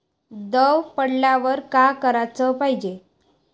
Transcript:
दव पडल्यावर का कराच पायजे?